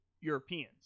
Europeans